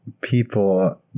people